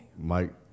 Mike